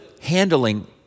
handling